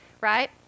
right